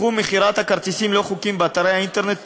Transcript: תחום מכירת הכרטיסים הלא-חוקית באתרי האינטרנט פורח,